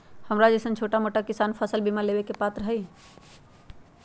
हमरा जैईसन छोटा मोटा किसान फसल बीमा लेबे के पात्र हई?